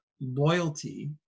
loyalty